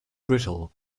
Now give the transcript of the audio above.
brittle